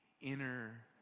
inner